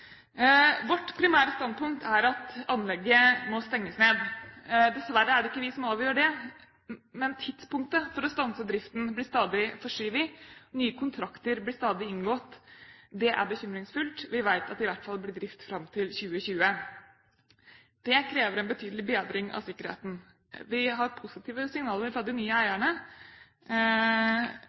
Vårt primære standpunkt er at anlegget må stenges ned. Dessverre er det ikke vi som avgjør det. Tidspunktet for å stanse driften blir stadig forskjøvet, og nye kontrakter blir stadig inngått. Det er bekymringsfullt. Vi vet at det i hvert fall blir drift fram til 2020. Det krever en betydelig bedring av sikkerheten. Vi har positive signaler fra de nye eierne,